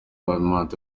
mahamat